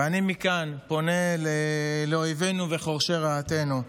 ואני מכאן פונה לאויבינו וחורשי רעתנו: